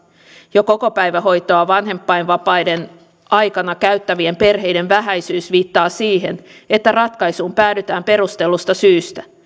jo kokopäivähoitoa vanhempainvapaiden aikana käyttävien perheiden vähäisyys viittaa siihen että ratkaisuun päädytään perustellusta syystä